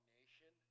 nation